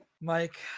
Mike